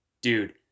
Dude